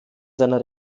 seiner